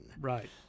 Right